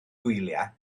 gwyliau